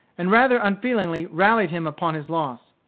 and rather unfeelingly rallied him upon his loss.